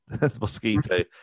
mosquito